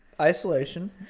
Isolation